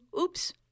Oops